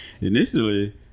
initially